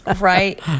Right